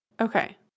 okay